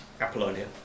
Apollonia